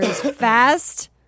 fast